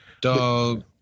Dog